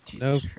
no